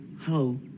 Hello